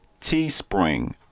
Teespring